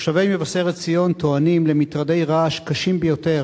תושבי מבשרת-ציון טוענים למטרדים קשים ביותר